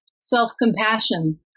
self-compassion